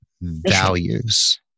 values